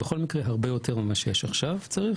בכל מקרה הרבה יותר ממה שיש עכשיו צריך,